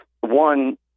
one